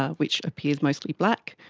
ah which appears mostly black,